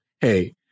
hey